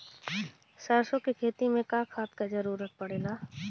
सरसो के खेती में का खाद क जरूरत पड़ेला?